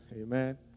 Amen